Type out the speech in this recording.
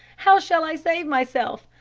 how shall i save myself?